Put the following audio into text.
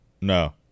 no